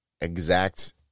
exact